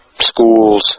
schools